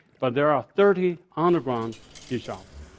but there are thirty underground bishops